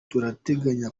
turateganya